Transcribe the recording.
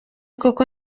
koko